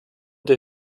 der